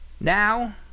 now